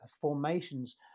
formations